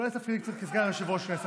אולי זה אפילו קצת כסגן יושב-ראש הכנסת.